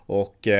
och